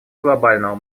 глобального